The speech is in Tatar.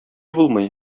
булмый